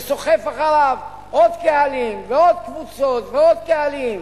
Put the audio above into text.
וסוחף אחריו עוד קהלים ועוד קבוצות ועוד קהלים.